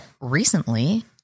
recently